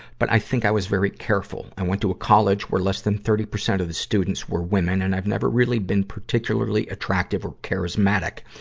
but i think i was very careful. i went to a college where less than thirty percent of the students were women, and i've never really been particularly attractive or charismatic.